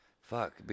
Fuck